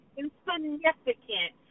insignificant